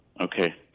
Okay